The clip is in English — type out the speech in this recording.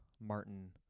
Martin